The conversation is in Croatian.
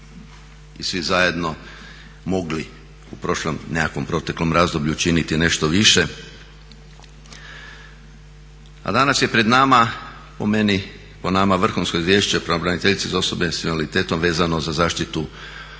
i svi zajedno mogli u prošlom nekakvom proteklom razdoblju učiniti nešto više. A danas je pred nama po meni, po nama, vrhunsko izvješće pravobraniteljice za osobe sa invaliditetom vezano za zaštitu osoba sa